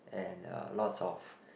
and uh lots of